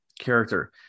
character